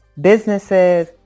businesses